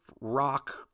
rock